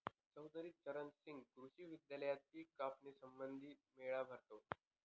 चौधरी चरण सिंह कृषी विद्यालयात पिक कापणी संबंधी मेळा भरतो